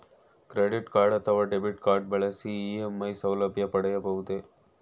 Credit card ಅಥವಾ debit card ಬಳಸಿ EMI ಸೌಲಭ್ಯ ಪಡೆಯಬಹುದೇ?